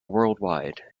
worldwide